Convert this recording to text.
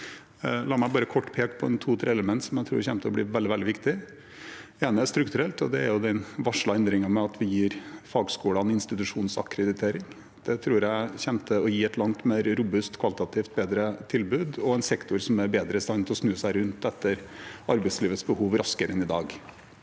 La meg bare kort peke på to–tre element som jeg tror kommer til å bli veldig, veldig viktige. Det ene er strukturelt, og det er den varslede endringen med at vi gir fagskolene institusjonsakkreditering. Det tror jeg kommer til å gi et langt mer robust og kvalitativt bedre tilbud og en sektor som er bedre i stand til å snu seg rundt etter arbeidslivets behov raskere enn i dag.